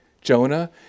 Jonah